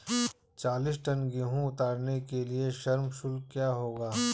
चालीस टन गेहूँ उतारने के लिए श्रम शुल्क क्या होगा?